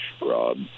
Rob